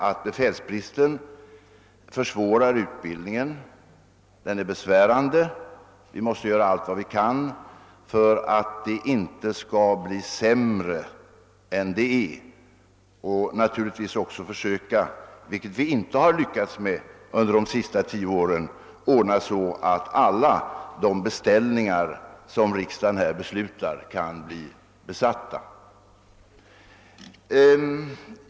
att befälsbristen är besvärande och försvårar utbildningen och att: vi måste göra allt vad vi kan för att det inte skall bli sämre. Naturligtvis skall vi också försöka ordna så att alla de av riksdagen = beslutade beställningarna blir besatta, vilket vi inte lyckats med under de senaste tio åren.